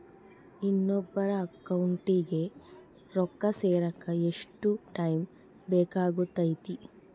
ಇನ್ನೊಬ್ಬರ ಅಕೌಂಟಿಗೆ ರೊಕ್ಕ ಸೇರಕ ಎಷ್ಟು ಟೈಮ್ ಬೇಕಾಗುತೈತಿ?